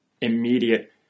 immediate